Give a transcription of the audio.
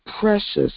precious